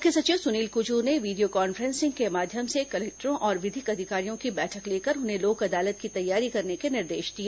मुख्य सचिव सुनील कुजूर ने वीडियों कॉन्फ्रेंसिंग के माध्यम से कलेक्टरों और विधिक अधिकारियों की बैठक लेकर उन्हें लोक अदालत की तैयारी करने के निर्देश दिए